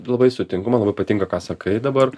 labai sutinku man labai patinka ką sakai dabar